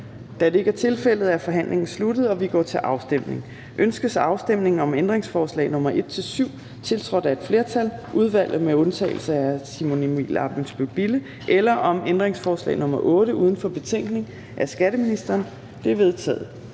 Da det ikke er tilfældet, er forhandlingen sluttet, og vi går til afstemning. Kl. 11:28 Afstemning Fjerde næstformand (Trine Torp): Ønskes afstemning om ændringsforslag nr. 1-7, tiltrådt af et flertal (udvalget med undtagelse af Simon Emil Ammitzbøll-Bille (UFG)) eller om ændringsforslag nr. 8 uden for betænkningen af skatteministeren? De er vedtaget.